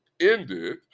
ended